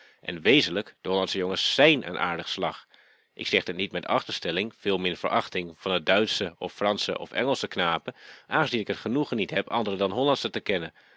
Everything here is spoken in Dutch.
jongens zijn een aardig slag ik zeg dit niet met achterstelling veel min verachting van de duitsche of fransche of engelsche knapen aangezien ik het genoegen niet heb andere dan hollandsche te kennen